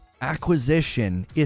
acquisition